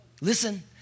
Listen